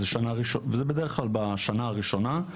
זה בדרך כלל ככה בשנה הראשונה,